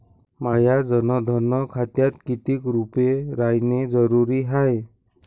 माह्या जनधन खात्यात कितीक रूपे रायने जरुरी हाय?